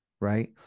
right